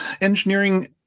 engineering